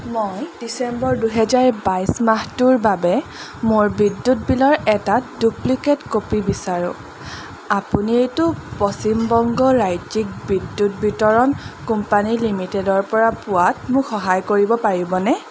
মই ডিচেম্বৰ দুহেজাৰ বাইছ মাহটোৰ বাবে মোৰ বিদ্যুৎ বিলৰ এটা ডুপ্লিকেট কপি বিচাৰোঁ আপুনি এইটো পশ্চিম বংগ ৰাজ্যিক বিদ্যুৎ বিতৰণ কোম্পানী লিমিটেডৰপৰা পোৱাত মোক সহায় কৰিব পাৰিবনে